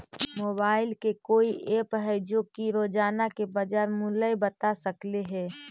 Mobile के कोइ app है जो कि रोजाना के बाजार मुलय बता सकले हे?